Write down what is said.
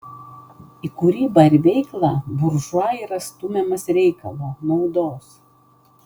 į kūrybą ir veiklą buržua yra stumiamas reikalo naudos